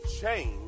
Change